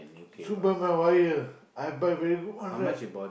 superb my wire I buy very good one right